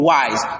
wise